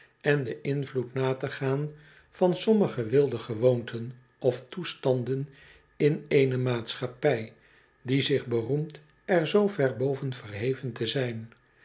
en den invloed na te gaan van sommige wilde gewoonten of toestanden in eene maatschappij die zich beroemt er zoo ver boven verheven te zijn